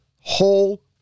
whole